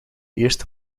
eerste